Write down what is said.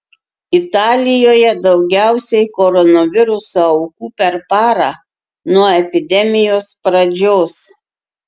italijoje daugiausiai koronaviruso aukų per parą nuo epidemijos pradžios